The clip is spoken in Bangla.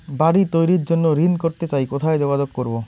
বাড়ি তৈরির জন্য ঋণ করতে চাই কোথায় যোগাযোগ করবো?